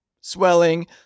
swelling